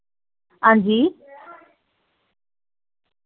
हां जी